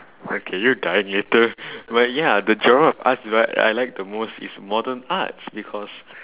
okay you're dying later but ya the genre of arts I I like the most is modern arts because